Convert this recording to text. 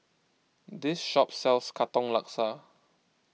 this shop sells Katong Laksa